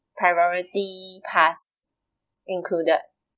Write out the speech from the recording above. priority pass included